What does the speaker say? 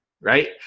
Right